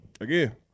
Again